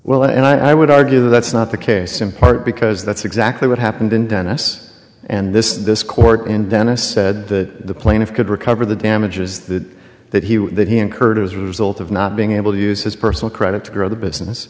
well and i would argue that's not the case in part because that's exactly what happened in venice and this is this court in dentist said that the plaintiff could recover the damages that that he that he incurred as a result of not being able to use his personal credit to grow the business